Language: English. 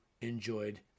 enjoyed